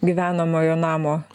gyvenamojo namo